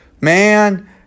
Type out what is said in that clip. Man